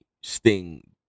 sting